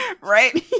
Right